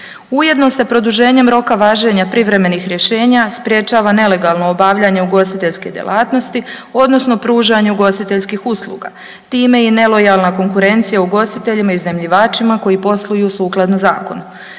Ujedno se produženjem roka važenja privremenih rješenja sprječava nelegalno obavljanje ugostiteljske djelatnosti odnosno pružanje ugostiteljskih usluga, time i nelojalna konkurencija ugostiteljima iznajmljivačima koji posluju sukladno zakonu.